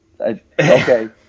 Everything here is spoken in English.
Okay